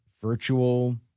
virtual